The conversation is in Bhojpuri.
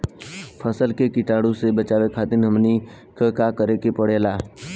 फसल के कीटाणु से बचावे खातिर हमनी के का करे के पड़ेला?